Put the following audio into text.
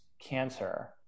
cancer